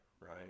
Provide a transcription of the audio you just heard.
Right